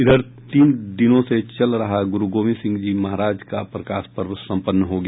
इधर तीन दिनों से चल रहा गुरू गोविंद सिंहजी महाराज का प्रकाश पर्व सम्पन्न हो गया